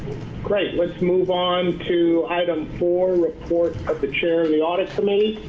great. let's move on to item four, report of the chair and the audit committee.